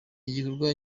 igikorwa